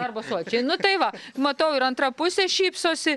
darbo sočiai nu tai va matau ir antra pusė šypsosi